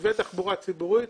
נתיבי תחבורה ציבורית